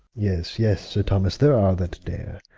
yes, yes, sir thomas, there are that dare,